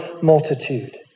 multitude